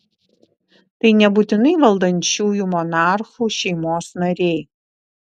tai nebūtinai valdančiųjų monarchų šeimos nariai